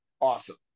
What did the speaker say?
awesome